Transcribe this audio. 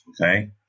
Okay